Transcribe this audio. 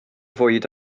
fwyd